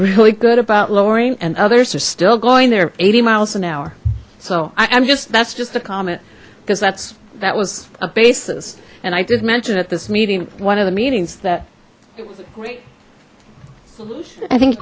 really good about lowering and others are still going there eighty miles an hour so i am just that's just a comment because that's that was a basis and i did mention at this meeting one of the meetings that i think